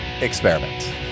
experiment